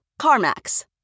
CarMax